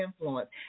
influence